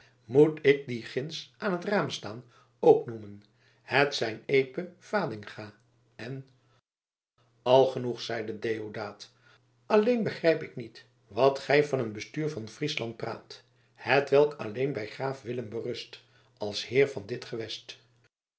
moet ik die ginds aan t raam staan ook noemen het zijn epe fadinga en al genoeg zeide deodaat alleen begrijp ik niet wat gij van een bestuur van friesland praat hetwelk alleen bij graaf willem berust als heer van dit gewest